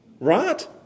Right